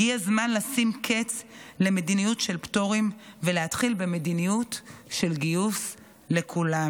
הגיע הזמן לשים קץ למדיניות של פטורים ולהתחיל במדיניות של גיוס לכולם.